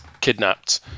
kidnapped